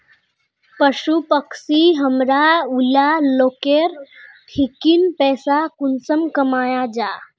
पशु पक्षी हमरा ऊला लोकेर ठिकिन पैसा कुंसम कमाया जा?